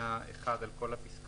תקנה 1 על כל פסקאותיה.